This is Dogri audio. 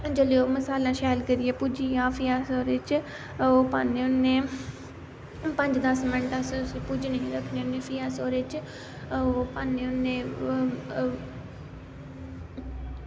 जेल्ले मसाला शैल करियै भुज्जी जा फ्ही अस ओह्दे च ओह् पान्ने होन्ने पंज दस मैन्ट अस उसी भुज्जेई रक्खने होन्ने फ्ही अस ओह्दे च ओह् पान्ने होन्ने